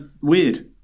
weird